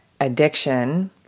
addiction